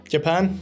Japan